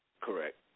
correct